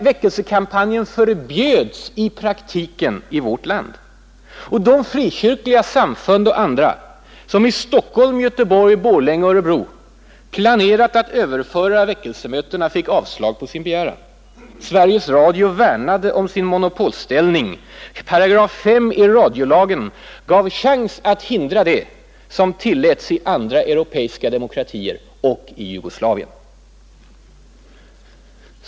Väckelsekampanjen förbjöds i praktiken i vårt land. De frikyrkliga samfund och andra som i Stockholm, Göteborg, Borlänge och Örebro planerat att överföra väckelsemötena fick avslag på sin begäran. Sveriges Radio värnade om sin monopolställning. 5 §& i radiolagen gav chans att hindra det som tilläts i andra europeiska demokratier och i Jugoslavien.